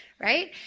Right